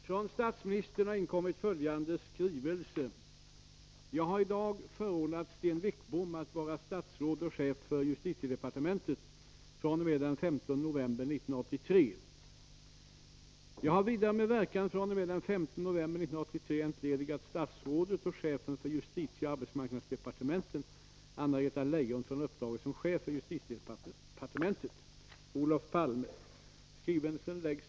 Inom det militära försvaret försöker man planera för att snabbt anpassa sig till starkt minskade ekonomiska resurser. Personalminskningar utöver tidigare beslutade blir tydligen aktuella, bl.a. inom Gotlands kustartilleriförsvar, GK/KA3. 1. Vill statsrådet medverka till att dessa ansträngningar inte leder till åtgärder som inte längre kan kallas välmotiverad rationalisering? 2.